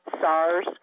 SARS